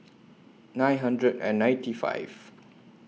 nine hundred and ninety five